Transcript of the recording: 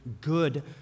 good